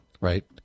Right